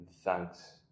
thanks